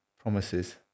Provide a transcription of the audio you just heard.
promises